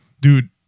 dude